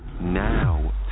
Now